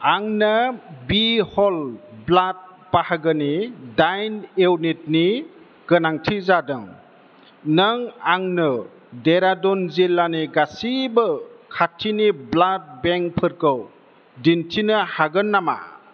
आंनो बि हल ब्लाड बाहागोनि दाइन इउनिटनि गोनांथि जादों नों आंनो देहरादुन जिल्लानि गासैबो खाथिनि ब्लाड बेंकफोरखौ दिन्थिनो हागोन नामा